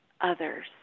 others